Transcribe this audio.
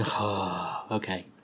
Okay